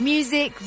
Music